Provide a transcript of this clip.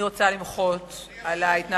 אני רוצה למחות על ההתנהלות